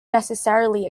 necessarily